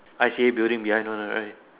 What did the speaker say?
I_C_A building behind one what right